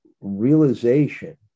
realization